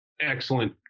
Excellent